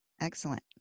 Excellent